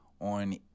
on